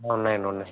ఉన్నాయండి ఉన్నాయి